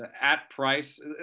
at-price